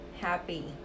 happy